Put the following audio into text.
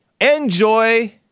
Enjoy